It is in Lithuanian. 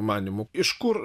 manymu iš kur